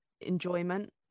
enjoyment